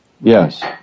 Yes